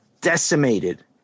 decimated